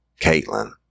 Caitlin